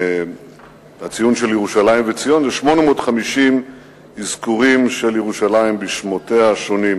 הציוּן של ירושלים וציון זה 850 אזכורים של ירושלים בשמותיה השונים.